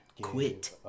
quit